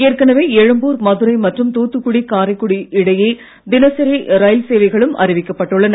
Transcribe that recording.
ஏற்கனவே எழும்பூர் மதுரை மற்றும் தூத்துக்குடி காரைக்குடி இடையே தினசரி ரயில் சேவைகளும் அறிவிக்கப்பட்டுள்ளன